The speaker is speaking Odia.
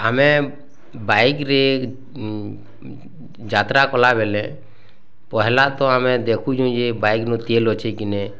ଆମେ ବାଇକ୍ରେ ଯାତ୍ରା କଲାବେଲେ ପହଲା ତ ଆମେ ଦେଖୁଛୁଁ ଯେ ବାଇକ୍ ନୁ ତେଲ୍ ଅଛି କି ନଏଁ